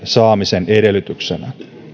saamisen edellytyksenä